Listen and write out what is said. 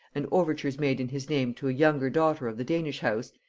and overtures made in his name to a younger daughter of the danish house,